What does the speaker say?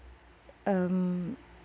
um